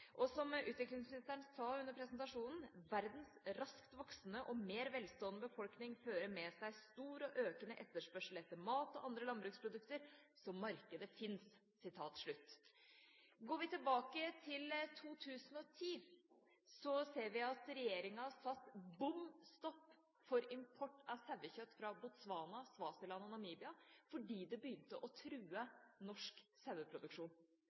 Som utviklingsministeren sa under presentasjonen: «Verdens raskt voksende og mer velstående befolkning fører med seg stor og økende etterspørsel etter mat og andre landbruksprodukter, så markedet finnes.» Går vi tilbake til 2010, ser vi at regjeringen satte bom stopp for import av sauekjøtt fra Botswana, Swaziland og Namibia fordi det begynte å true norsk